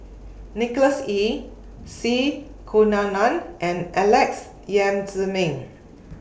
Nicholas Ee C Kunalan and Alex Yam Ziming